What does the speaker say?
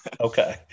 Okay